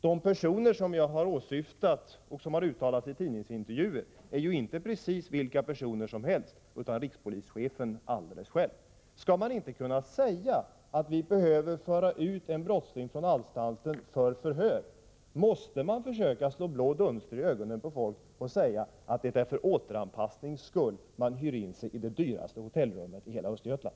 De personer som jag har åsyftat och som har uttalat sig i tidningsintervjuer är ju inte precis vilka personer som helst, utan det handlar bl.a. om rikspolisstyrelsens chef. Skall man inte kunna säga att vi behöver föra ut en brottsling från anstalten för förhör? Måste man försöka slå blå dunster i ögonen på folk och säga att det är för återanpassnings skull man hyr in sig i det dyraste hotellrummet i hela Östergötland?